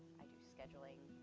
i do scheduling,